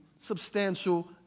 substantial